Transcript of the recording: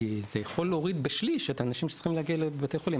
כי זה יכול להוריד בשליש את כמות האנשים שצריכים להגיע לבתי חולים.